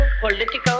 political